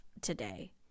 today